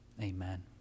Amen